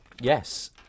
Yes